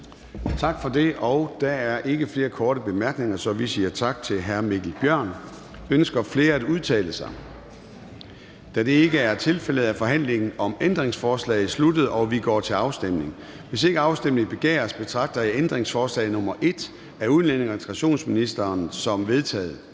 Tak for det. Der er ikke flere korte bemærkninger, så vi siger tak til hr. Mikkel Bjørn. Ønsker flere at udtale sig? Da det ikke er tilfældet, er forhandlingen om ændringsforslagene sluttet, og vi går til afstemning. Kl. 09:22 Afstemning Formanden (Søren Gade): Hvis ikke afstemning begæres, betragter jeg ændringsforslag nr. 1 af udlændinge- og integrationsministeren som vedtaget.